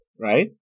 right